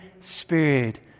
spirit